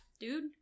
dude